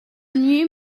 new